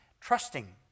Trusting